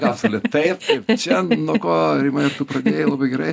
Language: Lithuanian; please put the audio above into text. kapsulę taip taip čia nuo ko rima tu pradėjai labai gerai